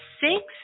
six